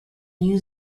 new